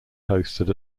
hosted